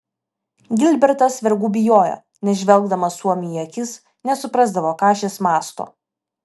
gilbertas vergų bijojo nes žvelgdamas suomiui į akis nesuprasdavo ką šis mąsto